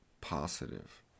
positive